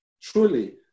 truly